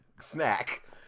snack